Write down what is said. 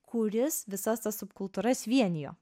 kuris visas tas subkultūras vienijo